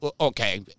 Okay